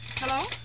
Hello